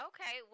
Okay